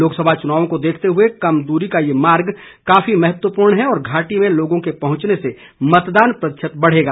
लोकसभा चुनाव को देखते हुए कम दूरी का ये मार्ग काफी महत्वपूर्ण है और घाटी में लोगों के पहुंचने से मतदान प्रतिशत बढ़ेगा